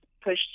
push